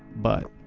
but,